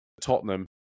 Tottenham